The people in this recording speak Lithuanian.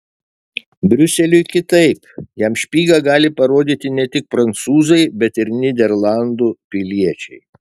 briuseliui kitaip jam špygą gali parodyti ne tik prancūzai bet ir nyderlandų piliečiai